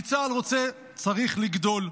כי צה"ל רוצה וצריך לגדול.